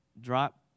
drop